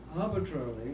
arbitrarily